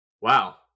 Wow